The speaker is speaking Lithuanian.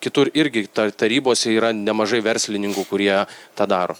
kitur irgi tarybose yra nemažai verslininkų kurie tą daro